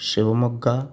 Shivamogga